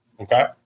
Okay